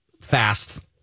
fast